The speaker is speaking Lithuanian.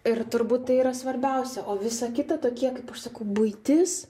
ir turbūt tai yra svarbiausia o visa kita tokie kaip aš sakau buitis